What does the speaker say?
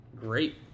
great